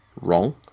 wrong